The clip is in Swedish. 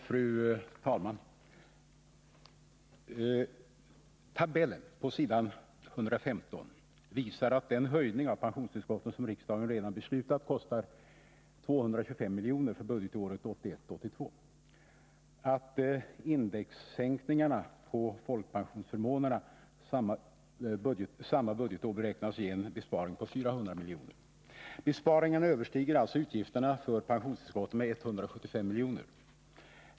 Fru talman! Tabellen på s. 115 i propositionen visar att den höjning av pensionstillskotten som riksdagen redan beslutat kostar 225 miljoner för budgetåret 1981/82 och att indexsänkningarna på folkpensionsförmånerna för samma budgetår beräknas ge en besparing på 400 miljoner. Besparingarna överstiger alltså utgiften för pensionstillskotten med 175 miljoner.